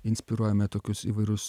inspiruojame tokius įvairius